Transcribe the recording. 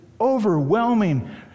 overwhelming